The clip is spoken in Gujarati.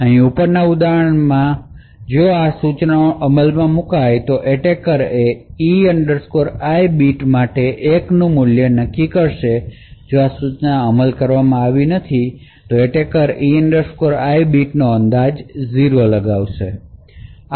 અહીં ઉપર ઉદાહરણ તરીકે જો આ સૂચનાઓ અમલમાં મુકાય છે તો એટેકર એ E i બીટ માટે 1 નું મૂલ્ય નક્કી કરશે જો આ સૂચનાઓ અમલ કરવામાં આવી નથી તો એટેકર E i બીટ નો અંદાજ 0 લગાવે છે